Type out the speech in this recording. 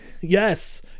Yes